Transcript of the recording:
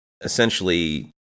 essentially